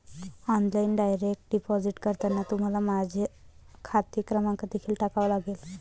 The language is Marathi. ऑनलाइन डायरेक्ट डिपॉझिट करताना तुम्हाला माझा खाते क्रमांक देखील टाकावा लागेल